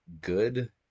good